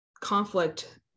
conflict